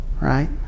right